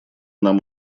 нам